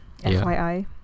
fyi